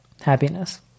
happiness